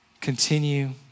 continue